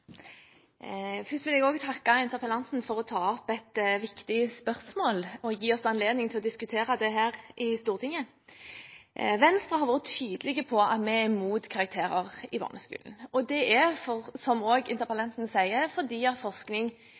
Først vil jeg også takke interpellanten for å ta opp et viktig spørsmål og gi oss anledning til å diskutere det her i Stortinget. Venstre har vært tydelig på at vi er imot karakterer i barneskolen. Det er, som også interpellanten sier, fordi forskning